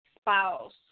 spouse